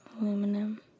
Aluminum